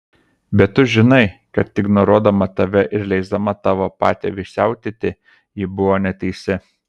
bet tu žinai kad ignoruodama tave ir leisdama tavo patėviui siautėti ji buvo neteisi